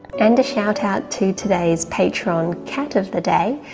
and a shoutout to today's patron cat of the day,